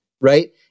right